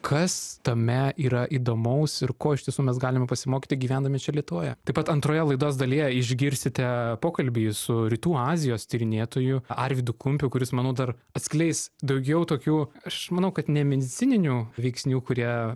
kas tame yra įdomaus ir ko iš tiesų mes galime pasimokyti gyvendami čia lietuvoje taip pat antroje laidos dalyje išgirsite pokalbį su rytų azijos tyrinėtoju arvydu kumpiu kuris manau dar atskleis daugiau tokių aš manau kad nemedicininių veiksnių kurie